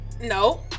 no